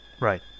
Right